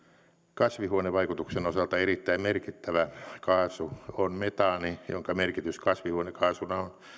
kasvihuonevaikutuksen osalta erittäin merkittävä kaasu on metaani jonka merkitys kasvihuonekaasuna on